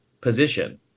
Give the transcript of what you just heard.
position